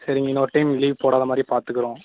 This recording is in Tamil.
சரிங்க இன்னோரு டைம் லீவ் போடாத மாதிரி பார்த்துக்கறோம்